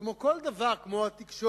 כמו כל דבר, כמו התקשורת,